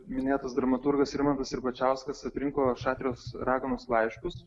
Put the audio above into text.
minėtas dramaturgas rimantas ribačiauskas atrinko šatrijos raganos laiškus